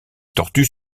tortues